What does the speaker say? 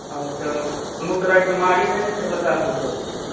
अच्छा कोनो तरहकेँ बीमारी नहि न छै बच्चा सभकऽ